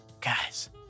guys